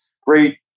great